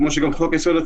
דיברתי על סטודנטים